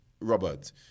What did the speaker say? Robert